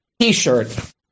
T-shirt